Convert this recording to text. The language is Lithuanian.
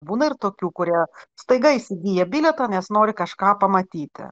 būna ir tokių kurie staiga įsigiję bilietą nes nori kažką pamatyti